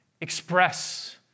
express